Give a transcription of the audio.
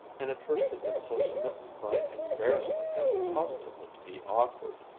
and at first had been so smitten by embarrassment as positively to be awkward,